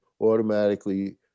automatically